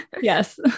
Yes